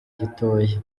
gitoya